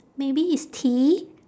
maybe it's tea